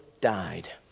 died